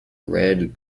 red